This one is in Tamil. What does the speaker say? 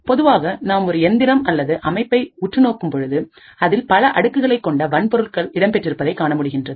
பொதுவாகநாம் ஒரு எந்திரம் அல்லது அமைப்பை உற்று நோக்கும்பொழுதுஅதில் பல அடுக்குகளைக் கொண்ட வன்பொருள்கள் இடம்பெற்றிருப்பதை காணமுடிகின்றது